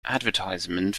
advertisement